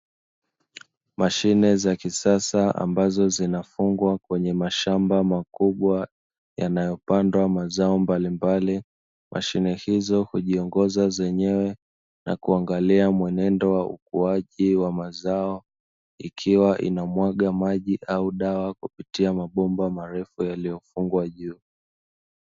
Mashine za kisasa, ambazo zinafungwa kwenye mashamba makubwa yanayopandwa mazao mbalimbali. Mashine hizo hujiongoza zenyewe na kuangalia mwenendo wa ukuaji wa mazao ikiwa inamwaga maji au dawa kupitia mabomba marefu yaliyofungwa juu.